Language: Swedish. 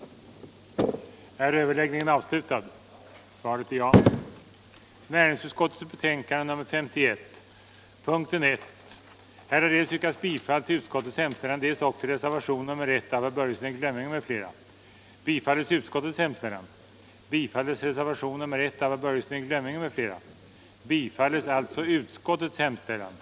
den det ej vill röstar nej. den det ej vill röstar nej.